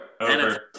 Over